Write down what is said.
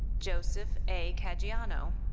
joseph a caggiano.